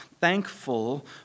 thankful